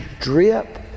drip